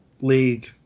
league